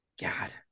God